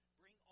Bring